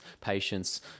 patience